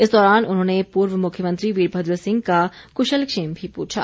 इस दौरान उन्होंने पूर्व मुख्यमंत्री वीरभद्र सिंह का कुशलक्षेम भी पूछा